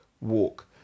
walk